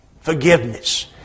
forgiveness